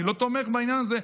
אני לא תומך בעניין הזה,